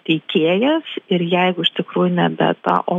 teikėjas ir jeigu iš tikrųjų ne beta o